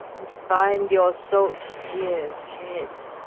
and find your salt tears' head.